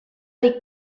dic